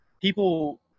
people